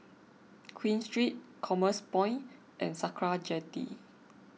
Queen Street Commerce Point and Sakra Jetty